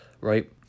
right